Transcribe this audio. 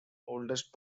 oldest